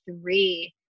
three